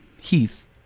Heath